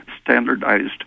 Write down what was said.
standardized